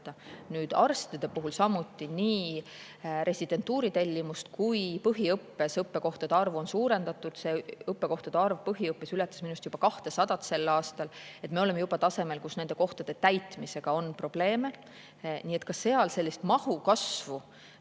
Arstide puhul samuti, nii residentuuri tellimust kui ka põhiõppes õppekohtade arvu on suurendatud, õppekohtade arv põhiõppes ületas minu meelest juba 200 sel aastal. Me oleme juba tasemel, kus nende kohtade täitmisega on probleeme. Nii et ka seal sellist mahu kasvu